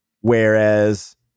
Whereas